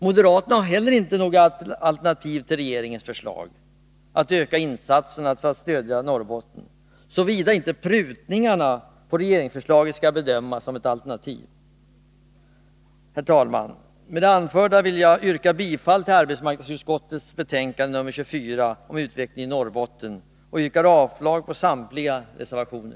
Moderaterna har inte heller något alternativ till regeringens förslag att öka insatserna för att stödja Norrbotten, såvida inte prutningarna på regeringsförslaget skall bedömas som ett alternativ. Herr talman! Med det anförda vill jag yrka bifall till hemställan i arbetsmarknadsutskottets betänkande nr 24 om utvecklingen i Norrbotten och yrkar avslag på samtliga reservationer.